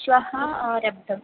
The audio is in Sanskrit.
श्वः आरब्धा